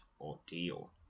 ordeal